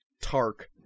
Tark